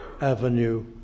avenue